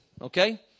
Okay